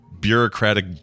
bureaucratic